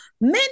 men